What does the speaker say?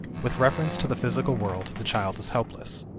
with reference to the physical world, the child is helpless.